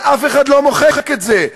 ואף אחד לא מוחק את זה.